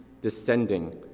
descending